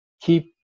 keep